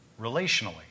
relationally